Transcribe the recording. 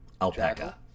Alpaca